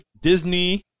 Disney